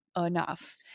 enough